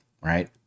right